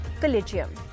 Collegium